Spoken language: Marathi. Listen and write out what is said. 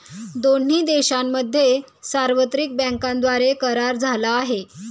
दोन्ही देशांमध्ये सार्वत्रिक बँकांद्वारे करार झाला आहे